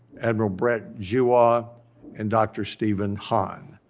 admiral brett giroir and dr. stephen hahn.